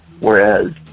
whereas